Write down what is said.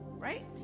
right